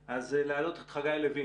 להעלות את חגי לוין,